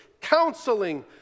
counseling